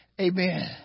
amen